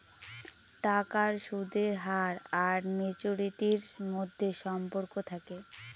টাকার সুদের হার আর ম্যাচুরিটির মধ্যে সম্পর্ক থাকে